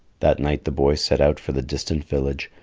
that night the boy set out for the distant village.